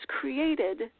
created